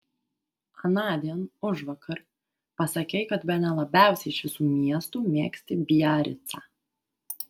anądien užvakar pasakei kad bene labiausiai iš visų miestų mėgsti biaricą